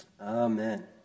Amen